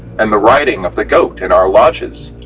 and the riding of the goat in our lodges.